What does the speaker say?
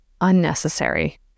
unnecessary